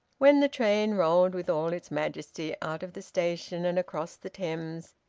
when the train rolled with all its majesty out of the station and across the thames,